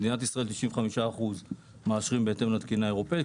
מדינת ישראל מאשרת 95% בהתאם לתקינה האירופאית.